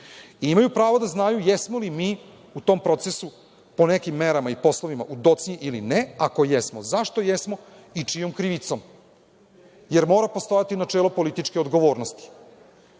Imaju pravo da znaju jesmo li mi u tom procesu, po nekim merama i poslovima, u docnji ili ne. Ako jesmo, zašto jesmo i čijom krivicom. Mora postojati načelo političke odgovornosti. Uvažavam